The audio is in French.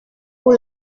pour